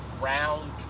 round